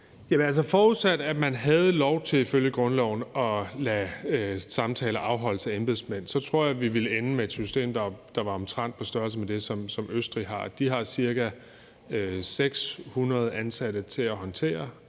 Bek): Forudsat at man havde lov til, ifølge grundloven, at lade samtaler afholdes af embedsmand, tror jeg, vi ville ende med et system, der var omtrent på størrelse med det, som Østrig har. De har ca. 600 ansatte til at håndtere